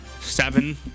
Seven